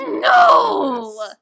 No